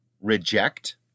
reject